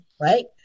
right